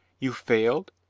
you failed?